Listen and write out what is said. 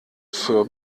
für